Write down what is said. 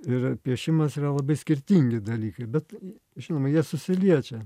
ir piešimas yra labai skirtingi dalykai bet žinoma jie susiliečia